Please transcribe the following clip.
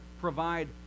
provide